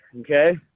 okay